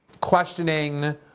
questioning